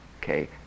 okay